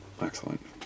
excellent